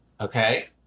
okay